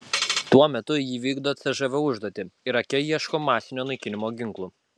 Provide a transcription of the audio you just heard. tuo metu ji vykdo cžv užduotį irake ieško masinio naikinimo ginklų